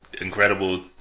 incredible